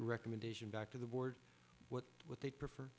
recommendation back to the board what would they prefer